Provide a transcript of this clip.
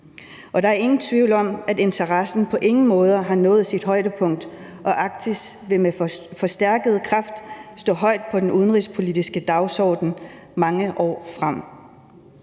Og der er ingen tvivl om, at interessen på ingen måde har nået sit højdepunkt, og Arktis vil med forstærket kraft stå højt på den udenrigspolitiske dagsorden mange år frem.